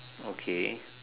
okay